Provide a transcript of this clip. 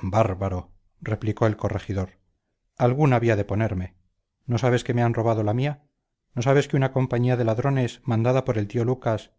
bárbaro replicó el corregidor alguna había de ponerme no sabes que me han robado la mía no sabes que una compañía de ladrones mandada por el tío lucas